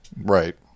right